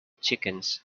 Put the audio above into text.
chickens